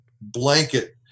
blanket